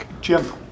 Jim